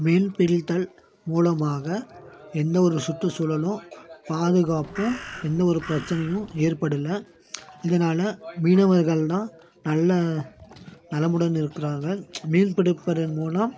மீன் பிடித்தல் மூலமாக எந்த ஒரு சுற்றுசூழலும் பாதுகாப்பும் எந்த ஒரு பிரச்சினையும் ஏற்படல இதனால மீனவர்கள்னால் நல்ல நலமுடன் இருக்கிறார்கள் மீன் பிடிப்பதன் மூலம்